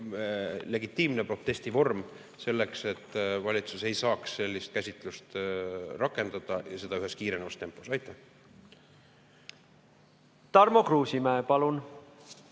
legitiimne protestivorm selleks, et valitsus ei saaks sellist käsitlust rakendada ja teha seda ühes kiirenevas tempos. Aitäh! Väga lihtsal